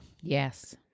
Yes